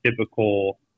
typical